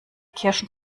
kirschen